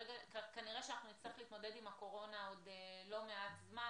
כנראה שנצטרך להתמודד עם הקורונה עוד לא מעט זמן,